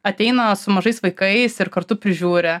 ateina su mažais vaikais ir kartu prižiūri